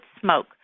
smoke